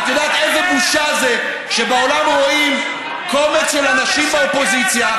את יודעת איזו בושה זאת שבעולם רואים קומץ של אנשים מהאופוזיציה,